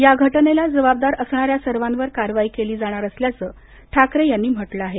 या घटनेला जबाबदार असणाऱ्या सर्वांवर कारवाई केली जाणार असल्याचं ठाकरे यांनी म्हटलं आहे